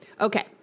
Okay